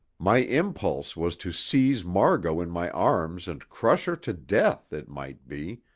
my impulse was to seize margot in my arms and crush her to death, it might be,